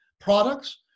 products